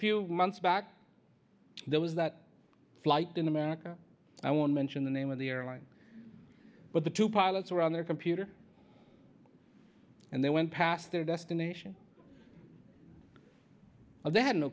few months back there was that flight in america i want mention the name of the airline but the two pilots were on their computer and they went past their destination they had no